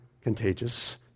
contagious